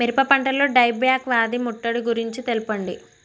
మిరప పంటలో die back వ్యాధి ముట్టడి గురించి తెల్పండి?